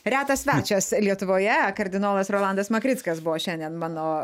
retas svečias lietuvoje kardinolas rolandas makrickas buvo šiandien mano